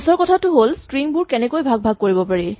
পিছৰ কথাটো হ'ল স্ট্ৰিং বোৰ কেনেকৈ ভাগ ভাগ কৰিব পাৰি